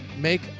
make